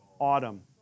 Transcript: autumn